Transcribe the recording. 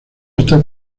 está